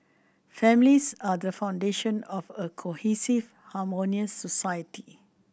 families are the foundation of a cohesive harmonious society